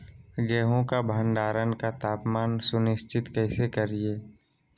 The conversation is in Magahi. गेहूं का भंडारण का तापमान सुनिश्चित कैसे करिये?